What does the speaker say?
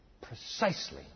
Precisely